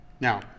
Now